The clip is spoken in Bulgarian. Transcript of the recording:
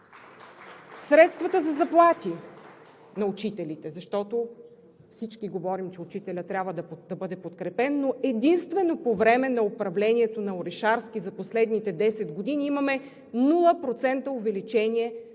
Средствата за заплати на учителите, защото всички говорим, че учителят трябва да бъде подкрепен, но единствено по времето на управлението на Орешарски за последните 10 години имаме нула процента увеличение на единните